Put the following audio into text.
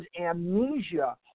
amnesia